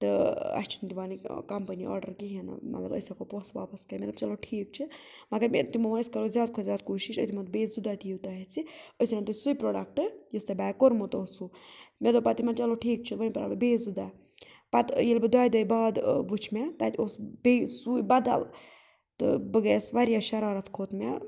تہٕ اَسہِ چھِنہٕ دِوانٕے کَمپٔنی آڈَر کِہیٖنۍ نہٕ مطلب أسۍ ہٮ۪کو پونٛسہٕ واپَس کٔرِتھ مےٚ دوٚپ چلو ٹھیٖک چھُ مگر مےٚ تِمو ووٚن أسۍ کَرو زیادٕ کھۄتہٕ زیادٕ کوٗشِش أسۍ دِمو بیٚیہِ زٕ دۄہ دِیِو تُہۍ اَسہِ أسۍ اَنو تۄہہِ سُے پرٛوڈَکٹ یُس تۄہہِ بیک کوٚرمُت اوسوُ مےٚ دوٚپ پَتہٕ یِمَن چلو ٹھیٖک چھُ وَنہِ پیٛارٕ بہٕ بیٚیہِ زٕ دۄہ پَتہٕ ییٚلہِ بہٕ دۄیہِ دۄہہِ بعد وٕچھ مےٚ تَتہِ اوس بیٚیہِ سُے بدل تہٕ بہٕ گٔیَس واریاہ شرارت کھوٚت مےٚ